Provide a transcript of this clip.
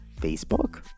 facebook